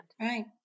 Right